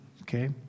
Okay